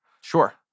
sure